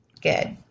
Good